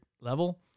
level